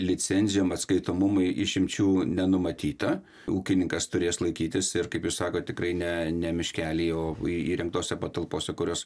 licenzijom atskaitomumui išimčių nenumatyta ūkininkas turės laikytis ir kaip jūs sakot tikrai ne ne miškely o į įrengtose patalpose kurios